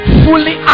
fully